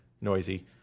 noisy